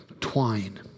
twine